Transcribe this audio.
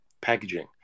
packaging